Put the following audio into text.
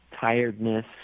Tiredness